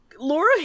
Laura